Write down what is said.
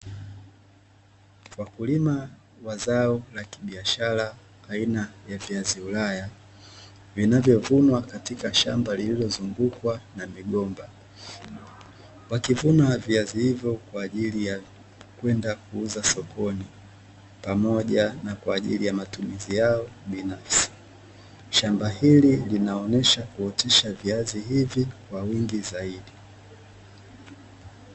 Wakulima wa zao la kibiashara aina ya viazi ulaya vinavyovunwa katika shamba lililozungukwa na migomba. Wakivuna viazi hivyo kwa ajili ya kwenda kuuza sokoni pamoja na kwaajili ya matumizi yao binafsi, shamba hili linaonesha kuotesha viazi hivi kwa wingi zaidi.